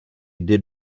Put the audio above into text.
did